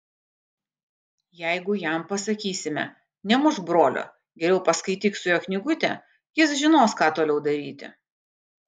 jeigu jam pasakysime nemušk brolio geriau paskaityk su juo knygutę jis žinos ką toliau daryti